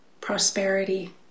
prosperity